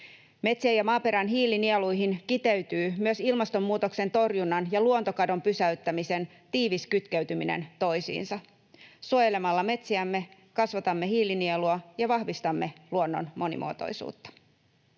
Metsien ja maaperän hiilinieluihin kiteytyy myös ilmastonmuutoksen torjunnan ja luontokadon pysäyttämisen tiivis kytkeytyminen toisiinsa. Suojelemalla metsiämme kasvatamme hiilinielua ja vahvistamme luonnon monimuotoisuutta.